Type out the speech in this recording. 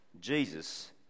Jesus